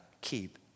keep